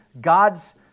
God's